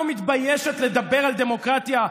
את לא מתביישת לדבר על דמוקרטיה?